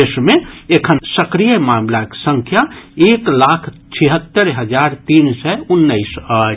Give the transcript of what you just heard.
देश मे एखन सक्रिय मामिलाक संख्या एक लाख छिहत्तरि हजार तीन सय उन्नैस अछि